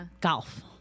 golf